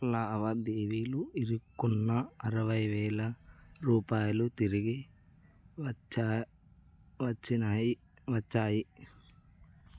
లావాదేవీలు ఇరుక్కున్న అరవైవేల రూపాయలు తిరిగి వచ్చా వచ్చినాయి వచ్చాయి